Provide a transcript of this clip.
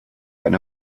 eine